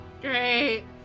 great